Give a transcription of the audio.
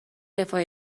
رفاه